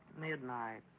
midnight